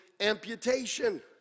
amputation